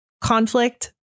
conflict